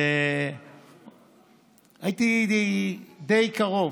הייתי די קרוב,